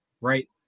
right